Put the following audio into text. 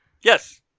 Yes